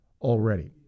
already